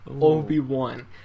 Obi-Wan